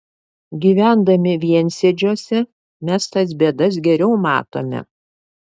gyvendami viensėdžiuose mes tas bėdas geriau matome